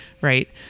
Right